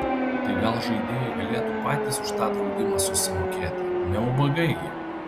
tai gal žaidėjai galėtų patys už tą draudimą susimokėti ne ubagai gi